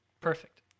Perfect